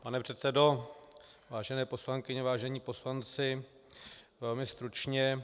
Pane předsedo, vážené poslankyně, vážení poslanci, velmi stručně.